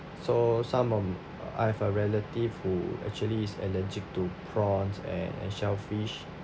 so some of I have a relative who actually is allergic to prawns and and shellfish